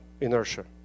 inertia